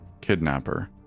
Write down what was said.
kidnapper